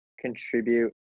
contribute